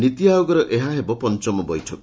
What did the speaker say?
ନୀତି ଆୟୋଗର ଏହା ହେବ ପଞ୍ଚମ ବୈଠକ